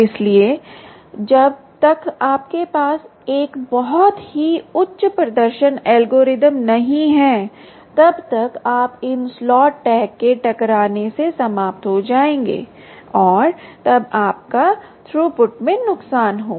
इसलिए जब तक आपके पास एक बहुत ही उच्च प्रदर्शन एल्गोरिथ्म नहीं है तब तक आप इन स्लॉट टैग के टकराने से समाप्त हो जाएंगे और तब आपको थ्रूपुट में नुकसान होगा